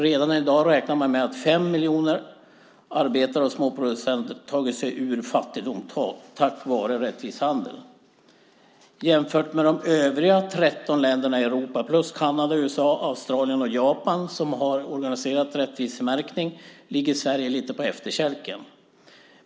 Redan i dag räknar man med att 5 miljoner arbetare och småproducenter tagit sig ur fattigdom tack vare rättvis handel. Jämfört med de övriga 13 länderna i Europa plus Kanada, USA, Australien och Japan, som har organiserad rättvisemärkning, ligger Sverige lite på efterkälken.